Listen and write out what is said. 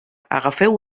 agafeu